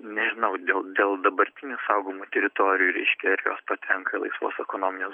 nežinau dėl dėl dabartinių saugomų teritorijų reiškia jos patenka laisvos ekonominės